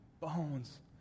bones